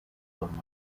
forma